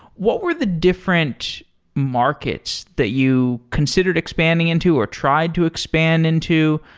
what were the different markets that you considered expanding into or tried to expand into?